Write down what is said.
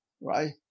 right